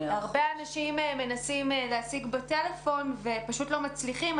הרבה אנשים מנסים להשיג בטלפון ופשוט לא מצליחים.